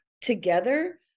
together